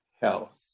Health